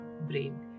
brain